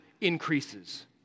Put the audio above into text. increases